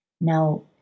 Now